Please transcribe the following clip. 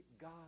God